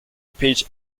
pitch